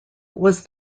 was